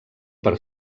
per